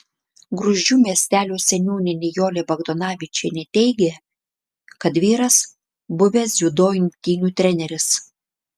gruzdžių miestelio seniūnė nijolė bagdonavičienė teigė kad vyras buvęs dziudo imtynių treneris